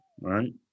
right